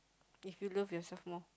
if you love yourself more